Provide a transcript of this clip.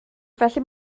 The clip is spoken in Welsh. felly